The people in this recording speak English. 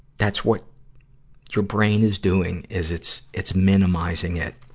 that's what your brain is doing, is it's, it's minimizing it.